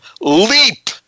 Leap